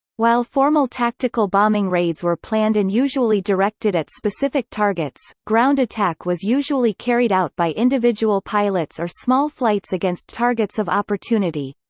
while formal tactical bombing raids were planned and usually directed at specific targets, ground-attack was usually carried out by individual pilots or small flights against targets of opportunity.